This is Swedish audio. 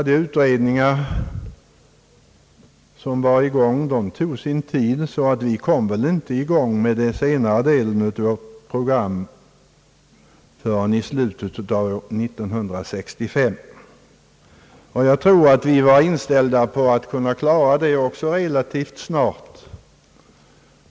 De utredningar som var i gång tog sin tid, och vi kom inte i gång med den senare delen av programmet förrän i slutet av 1965. Jag tror att vi var inställda på att klara också detta relativt snart.